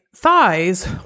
thighs